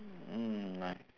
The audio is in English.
mm nice